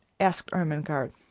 asked ermengarde.